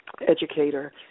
educator